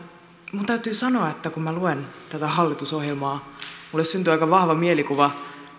minun täytyy sanoa että kun minä luen tätä hallitusohjelmaa minulle syntyy aika vahva mielikuva